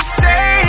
say